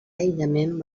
aïllament